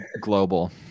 global